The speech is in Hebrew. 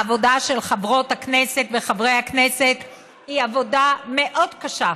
העבודה של חברות הכנסת וחברי הכנסת היא עבודה מאוד קשה,